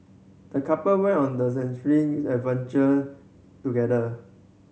the couple went on the enriching adventure together